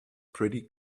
pretty